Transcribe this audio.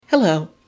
Hello